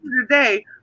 today